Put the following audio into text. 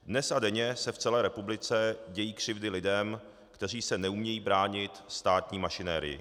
Dnes a denně se v celé republice dějí křivdy lidem, kteří se neumějí bránit státní mašinerii.